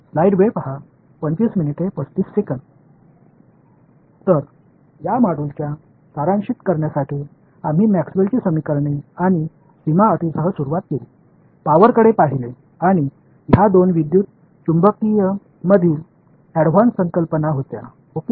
तर या मॉड्यूलचा सारांशित करण्यासाठी आम्ही मॅक्सवेलची समीकरणे आणि सीमा अटींसह सुरुवात केली पॉवरकडे पाहिले आणि ह्या दोन विद्युत चुंबकीय मधील ऍडव्हान्स संकल्पना होत्या ओके